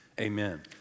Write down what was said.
amen